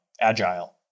agile